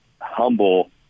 humble